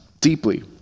deeply